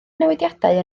newidiadau